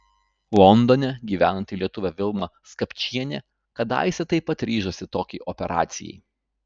londone gyvenanti lietuvė vilma skapčienė kadaise taip pat ryžosi tokiai operacijai